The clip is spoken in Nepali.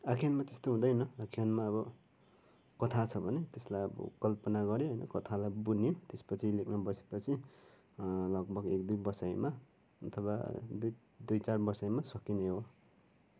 आख्यानमा त्यस्तो हुँदैन आख्यानमा अब कथा छ भने त्यसलाई अब कल्पना गऱ्यो अनि कथालाई बुन्यो त्यसपछि लेख्न बसेपछि लगभग एक दुई बसाइमा अथवा दुई दुई चार बसाइमा सकिने हो